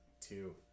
two